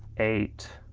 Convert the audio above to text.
eight,